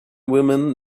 women